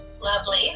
Lovely